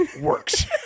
works